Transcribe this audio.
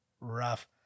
rough